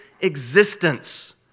existence